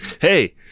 Hey